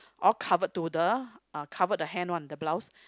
all covered to the uh cover the hand one the blouse